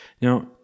Now